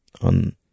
on